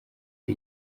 ari